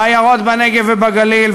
בעיירות בנגב ובגליל,